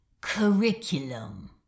Curriculum